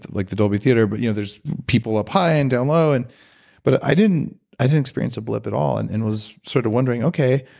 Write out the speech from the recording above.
like the dolby theater, but you know there's people up high and down low, and but i didn't i didn't experience a blip at all, and and was sort of wondering okay,